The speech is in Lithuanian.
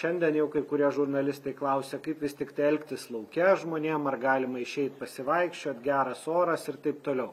šiandien jau kai kurie žurnalistai klausė kaip vis tiktai elgtis lauke žmonėm ar galima išeit pasivaikščiot geras oras ir taip toliau